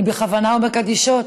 אני בכוונה אומרת אדישות,